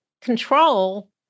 control